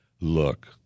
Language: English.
Look